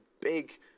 big